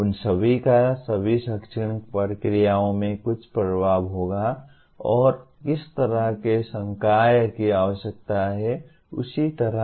उन सभी का सभी शैक्षणिक प्रक्रियाओं में कुछ प्रभाव होगा और किस तरह के संकाय की आवश्यकता है और इसी तरह